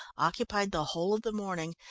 occupied the whole of the morning,